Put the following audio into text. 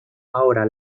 ahora